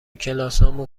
کلاسمون